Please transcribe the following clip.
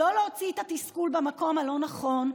לא להוציא את התסכול במקום הלא-נכון.